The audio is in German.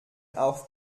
auf